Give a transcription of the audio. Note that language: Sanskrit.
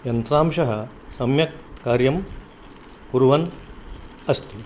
यन्त्रांशः सम्यक् कार्यं कुर्वन् अस्ति